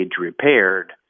repaired